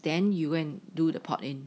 then you and do the port in